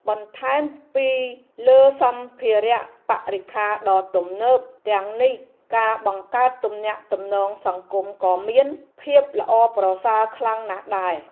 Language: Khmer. បន្ថែមពីលើសម្ភារៈបរិក្ខារដ៏ទំនើបទាំងនេះការបង្កើតទំនាក់ទំនងសង្គមក៏មានភាពល្អប្រសើរខ្លាំងណាស់ដែរ។